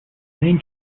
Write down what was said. main